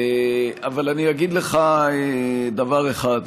אבל אני אגיד לך דבר אחד: